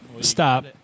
stop